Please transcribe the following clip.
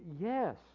Yes